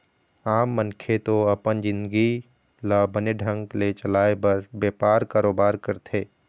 आम मनखे तो अपन जिंनगी ल बने ढंग ले चलाय बर बेपार, कारोबार करथे